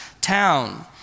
town